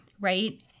right